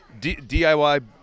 DIY